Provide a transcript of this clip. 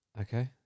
Okay